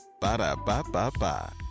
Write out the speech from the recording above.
Ba-da-ba-ba-ba